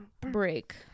break